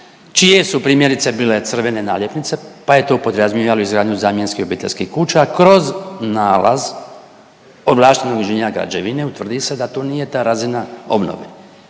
čije su primjerice bile crvene naljepnice, pa je to podrazumijevalo izgradnju zamjenskih obiteljskih kuća, kroz nalaz ovlaštenog inženjera građevine utvrdi se da to nije ta razina obnove